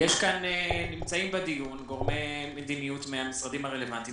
נמצאים בדיון גורמי מדיניות מהמשרדים הרלוונטיים